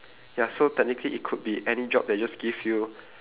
ya so technically it could be any job that just give you